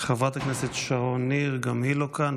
חברת הכנסת שרון ניר, גם היא לא כאן.